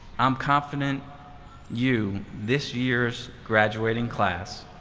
i'm confident you, this year's graduating class,